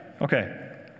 Okay